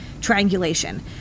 triangulation